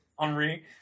Henri